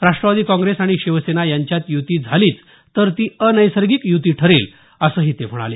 राष्ट्रवादी काँग्रेस आणि शिवसेना यांच्यात युती झालीच तर ती अनैसर्गिक युती ठरेल असंही ते म्हणाले